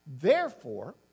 Therefore